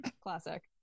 Classic